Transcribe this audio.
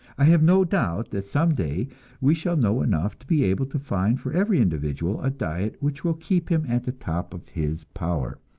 i have no doubt that some day we shall know enough to be able to find for every individual a diet which will keep him at the top of his power,